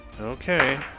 Okay